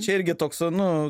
čia irgi toks nu